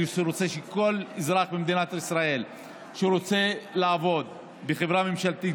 אני רוצה שכל אזרח במדינת ישראל שרוצה לעבוד בחברה ממשלתית,